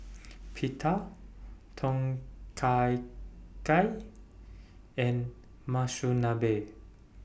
Pita Tom Kha Gai and Monsunabe